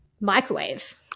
microwave